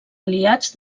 aliats